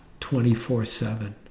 24-7